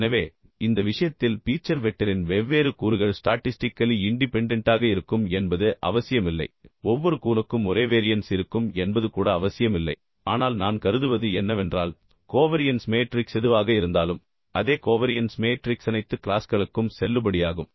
எனவே இந்த விஷயத்தில் பீச்சர் வெக்டரின் வெவ்வேறு கூறுகள் ஸ்டாட்டிஸ்டிக்கலி இண்டிபெண்டெண்ட்டாக இருக்கும் என்பது அவசியமில்லை ஒவ்வொரு கூறுக்கும் ஒரே வேரியன்ஸ் இருக்கும் என்பது கூட அவசியமில்லை ஆனால் நான் கருதுவது என்னவென்றால் கோவரியன்ஸ் மேட்ரிக்ஸ் எதுவாக இருந்தாலும் அதே கோவரியன்ஸ் மேட்ரிக்ஸ் அனைத்து க்ளாஸ்களுக்கும் செல்லுபடியாகும்